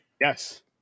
Yes